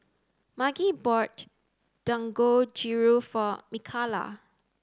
Margy bought Dangojiru for Mikala